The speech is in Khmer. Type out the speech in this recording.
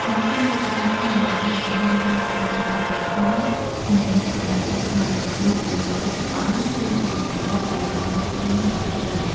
នៅក្នុងវប្បធម៌ខ្មែរ ការបង្ហាញការគោរពចំពោះព្រះសង្ឃ និងរូបសំណាកសាសនា ដូចជាព្រះពុទ្ធអង្គ គឺជាទម្លាប់ដែលបានចាក់ឫសយ៉ាងជ្រៅ។